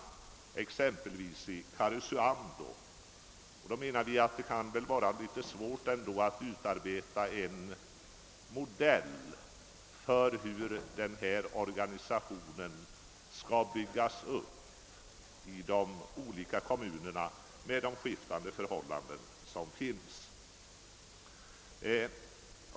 Under sådana förhållanden menar vi att det kan vara litet svårt att utarbeta en enhetlig modell för hur organisationen skall byggas upp i de olika kommunerna med de skiftande förhållanden som finns.